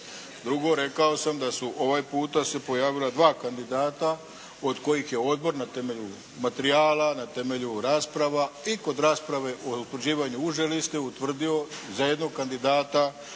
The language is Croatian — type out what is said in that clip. Drugo. Rekao sam da su ovaj puta se pojavila dva kandidata od kojih je odbor na temelju materijala, na temelju rasprava i kod rasprave kod utvrđivanja uže liste, utvrdio za jednog kandidata